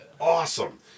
awesome